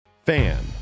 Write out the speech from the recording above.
Fan